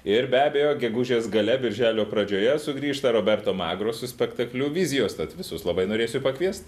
ir be abejo gegužės gale birželio pradžioje sugrįžta roberto magro su spektakliu vizijos tad visus labai norėsiu pakviest